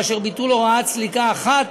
וביטול הוראת סליקה אחת